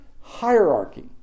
hierarchy